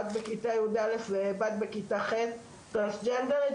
בת בכיתה יא' ובת בכיתה ח' טרנסג'נדרית.